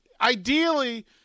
ideally